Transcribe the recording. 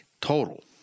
total